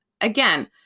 again